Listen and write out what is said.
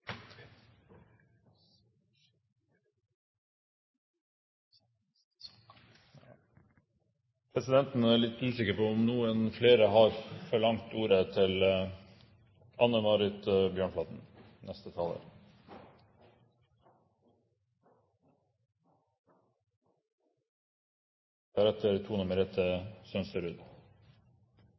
Presidenten er litt usikker på om noen flere har forlangt ordet?